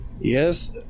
Yes